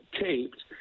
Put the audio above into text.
taped